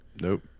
Nope